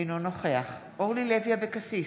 אינו נוכח אורלי לוי אבקסיס,